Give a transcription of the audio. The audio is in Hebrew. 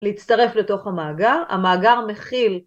להצטרף לתוך המאגר, המאגר מכיל